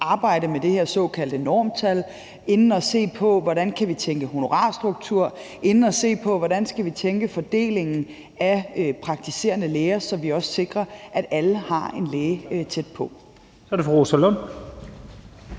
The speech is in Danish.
arbejde med det her såkaldte normtal; inde at se på, hvordan vi kan tænke en honorarstruktur; inde at se på, hvordan vi skal tænke fordelingen af praktiserende læger, så vi også sikrer, at alle har en læge tæt på. Kl. 10:43 Første